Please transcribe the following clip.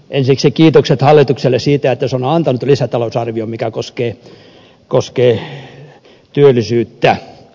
ensiksi kiitokset hallitukselle siitä että se on antanut lisätalousarvion joka koskee työllisyyttä